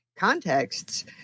contexts